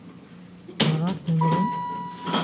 Taras Hembrom